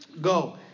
Go